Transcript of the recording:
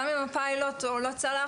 גם אם הפיילוט לא צלח,